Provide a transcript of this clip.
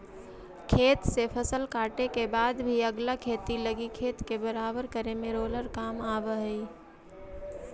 खेत से फसल काटे के बाद भी अगला खेती लगी खेत के बराबर करे में रोलर काम आवऽ हई